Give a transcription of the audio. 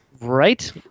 Right